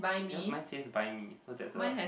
ya mine says buy me so that's a